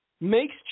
makes